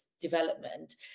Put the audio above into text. Development